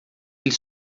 ele